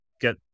get